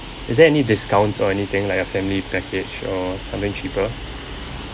is there any discounts or anything like a family package or something cheaper